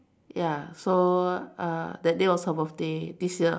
ya so uh that day was her birthday this year